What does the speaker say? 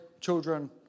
children